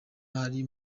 hari